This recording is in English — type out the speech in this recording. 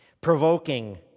Provoking